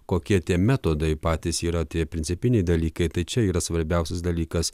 kokie tie metodai patys yra tie principiniai dalykai tai čia yra svarbiausias dalykas